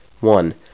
One